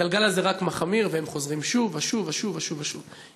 הגלגל הזה רק מחמיר והם חוזרים שוב ושוב ושוב ושוב ושוב.